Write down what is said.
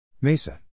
MESA